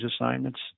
assignments